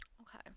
Okay